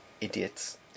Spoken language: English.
idiots